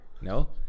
no